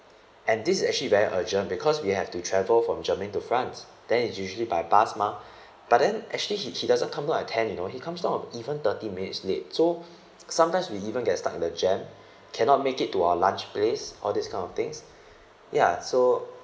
and this is actually very urgent because we have to travel from germany to france then is usually by bus mah but then actually he he doesn't come down at ten you know he comes down of even thirty minutes late so sometimes we even get stuck in the jam cannot make it to our lunch place all this kind of things ya so